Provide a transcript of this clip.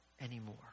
anymore